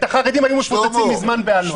את החרדים היו מפוצצים מזמן באלות.